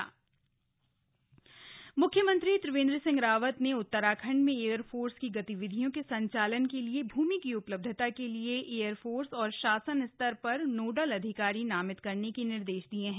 CM air marshal भेंट म्ख्यमंत्री त्रिवेंद्र सिंह रावत ने उत्तराखण्ड में एयरफोर्स की गतिविधियों के संचालन के लिए भूमि की उपलब्धता के लिये एयर फोर्स और शासन स्तर प्रर नोडल अधिकारी नामित करने के निर्देश दिये हैं